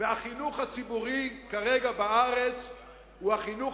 והחינוך הציבורי בארץ כיום הוא החינוך